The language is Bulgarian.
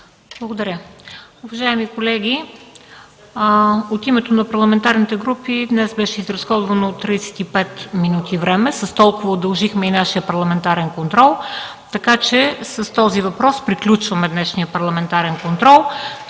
Благодаря. Уважаеми колеги, от името на парламентарните групи днес беше изразходвано 35 минути време, с толкова удължихме и нашия Парламентарен контрол, така че с този въпрос приключваме днешния Парламентарен контрол.